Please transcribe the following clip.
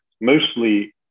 mostly